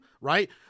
right